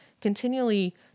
continually